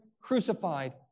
crucified